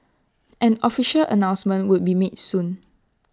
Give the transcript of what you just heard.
an official announcement would be made soon